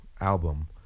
album